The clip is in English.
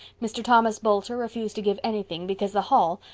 mr. thomas boulter refused to give anything because the hall,